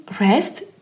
rest